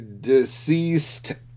deceased